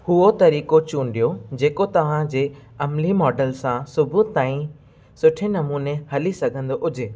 हुओ तरीक़ो चूंडियो जेको तव्हांजे अमली माॅडल सां सुबुह ताईं सुठे नमूने हली संघिदो हुजे